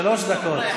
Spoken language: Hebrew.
שלוש דקות.